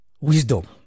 wisdom